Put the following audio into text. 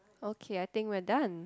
okay I think we're done